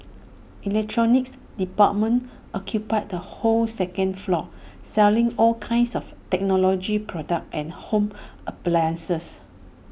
electronics department occupies the whole second floor selling all kinds of technology products and home appliances